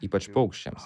ypač paukščiams